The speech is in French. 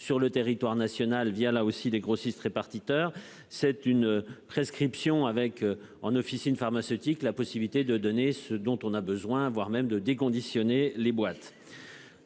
sur le territoire national via là aussi des grossistes répartiteurs. C'est une prescription avec en officines pharmaceutiques la possibilité de donner ce dont on a besoin, voire même de des conditionner les boîtes.--